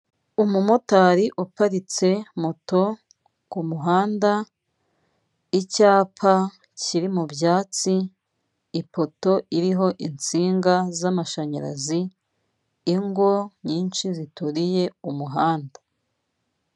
Umumotari uparitse moto kumuhanda icyapa kiri mubyatsi ipoto iriho insinga z'amashanyarazi ingo nyinshi zituriye umuhanda.